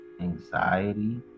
anxiety